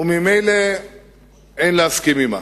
וממילא אין להסכים עמה.